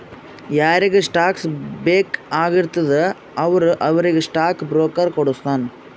ಯಾರಿಗ್ ಸ್ಟಾಕ್ಸ್ ಬೇಕ್ ಆಗಿರ್ತುದ ಅವಾಗ ಅವ್ರಿಗ್ ಸ್ಟಾಕ್ ಬ್ರೋಕರ್ ಕೊಡುಸ್ತಾನ್